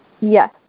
Yes